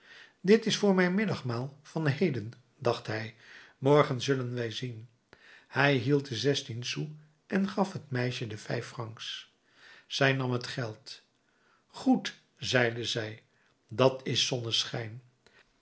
dit is voor mijn middagmaal van heden dacht hij morgen zullen wij zien hij hield de zestien sous en gaf het meisje de vijf francs zij nam het geld goed zeide zij dat is zonneschijn